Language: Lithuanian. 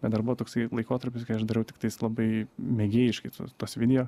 bet dar buvo toksai laikotarpis kai aš dariau tiktais labai mėgėjiškai tuos video